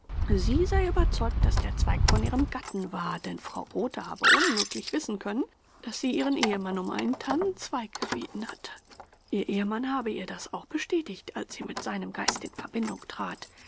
sie sei überzeugt daß der zweig von ihrem gatten war denn frau rothe habe unmöglich wissen können daß sie ihren ehemann um einen tannenzweig gebeten hatte ihr ehemann habe ihr das auch bestätigt als sie mit seinem geiste in verbindung trat